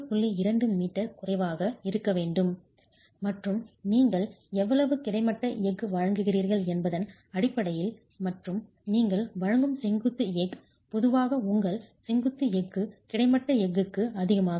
2 metre குறைவாக இருக்க வேண்டும் மற்றும் நீங்கள் எவ்வளவு கிடைமட்ட எஃகு வழங்குகிறீர்கள் என்பதன் அடிப்படையில் மற்றும் நீங்கள் வழங்கும் செங்குத்து எஃகு பொதுவாக உங்கள் செங்குத்து எஃகு கிடைமட்ட எஃகுக்கு அதிகமாக இருக்கும்